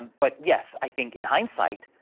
but yes, i think in hindsight,